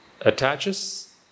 attaches